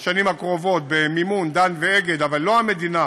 בשנים הקרובות במימון "דן" ו"אגד" אבל לא המדינה